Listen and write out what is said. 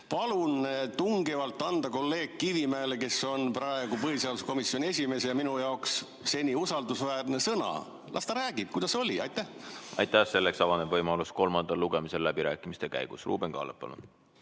Palun tungivalt anda sõna kolleeg Kivimäele, kes on praegu põhiseaduskomisjoni esimees ja minu jaoks seni usaldusväärne. Las ta räägib, kuidas oli. Aitäh! Selleks avaneb võimalus kolmandal lugemisel läbirääkimiste käigus. Ruuben Kaalep, palun!